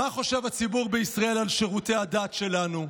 מה חושב הציבור בישראל על שירותי הדת שלנו?